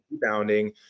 rebounding